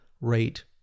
rate